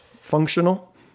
functional